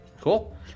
Cool